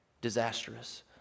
disastrous